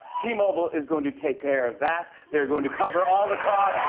t-mobile is going to take care of that. they're going to cover all the costs